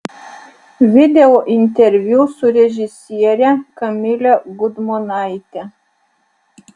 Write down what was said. video interviu su režisiere kamile gudmonaite